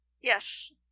yes